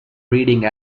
reading